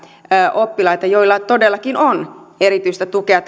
oppilaita jotka todellakin tarvitsevat opetuksessa erityistä tukea